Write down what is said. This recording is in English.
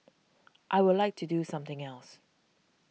I would like to do something else